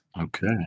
Okay